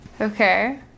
Okay